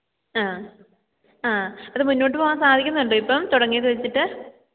ആ ആ അത് മുന്നോട്ട് പോവാന് സാധിക്കുന്നുണ്ടോ ഇപ്പം തടങ്ങിയത് വെച്ചിട്ട്